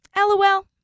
Lol